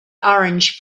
orange